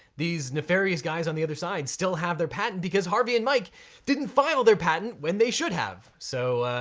these nefarious guys on the other side still have their patent because harvey and mike didn't file their patent when they should have. so